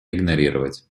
игнорировать